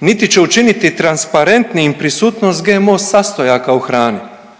niti će učiniti transparentnijim prisutnost GMO sastojaka u hrani.